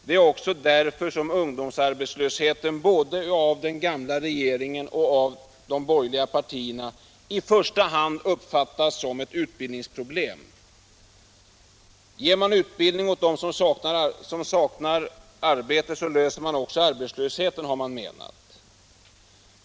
Det är också därför som ungdomsarbetslösheten både av den gamla regeringen och av de borgerliga partierna i första hand uppfattas som ett utbildningsproblem. Ger man utbildning åt dem som saknar arbete löser man också arbetslöshetsproblemen, menar man.